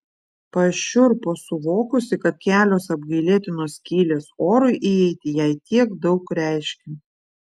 pašiurpo suvokusi kad kelios apgailėtinos skylės orui įeiti jai tiek daug reiškia